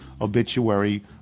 obituary